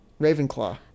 Ravenclaw